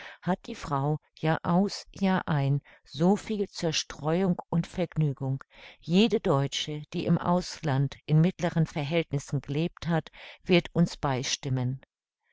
hat die frau jahr aus jahr ein soviel zerstreuung und vergnügung jede deutsche die im ausland in mittleren verhältnissen gelebt hat wird uns beistimmen